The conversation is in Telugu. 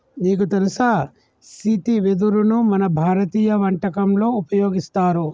నీకు తెలుసా సీతి వెదరును మన భారతీయ వంటకంలో ఉపయోగిస్తారు